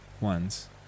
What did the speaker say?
ones